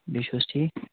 بیٚیہِ چھُو حظ ٹھیٖک